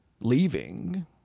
leaving